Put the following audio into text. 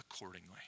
accordingly